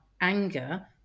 anger